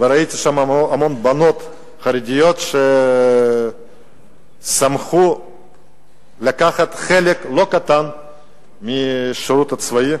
וראיתי שם המון בנות חרדיות ששמחו לקחת חלק לא קטן בשירות הצבאי.